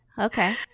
okay